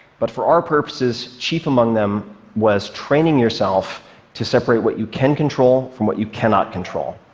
but for our purposes, chief among them was training yourself to separate what you can control from what you cannot control,